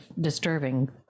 disturbing